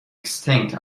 extinct